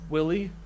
Willie